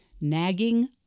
nagging